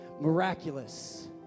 miraculous